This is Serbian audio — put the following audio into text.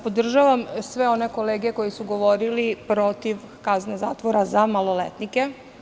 Podržavam sve one kolege koje su govorile protiv kazne zatvora za maloletnike.